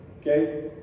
Okay